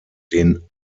den